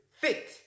fit